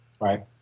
Right